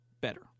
better